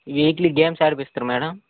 weekly games ఆడిస్తారా madam